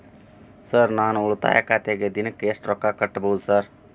Sir ನಾನು ಉಳಿತಾಯ ಖಾತೆಗೆ ದಿನಕ್ಕ ಎಷ್ಟು ರೊಕ್ಕಾ ಕಟ್ಟುಬಹುದು ಸರ್?